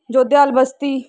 Jodhewal Basti